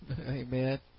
Amen